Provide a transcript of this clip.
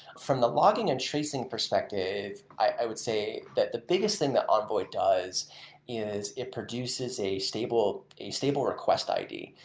from the logging and tracing perspective, i would say that the biggest thing that envoy does is it produces a stable a stable request i d.